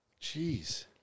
Jeez